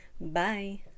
Bye